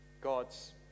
God's